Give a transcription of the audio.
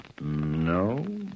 No